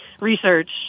research